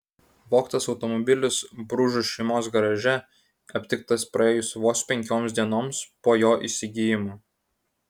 vogtas automobilis bružų šeimos garaže aptiktas praėjus vos penkioms dienoms po jo įsigijimo